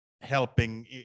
helping